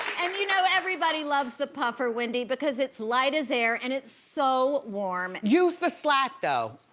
and you know, everybody loves the puffer wendy because it's light as air and it's so warm. use the slack though.